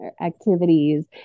activities